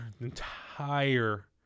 entire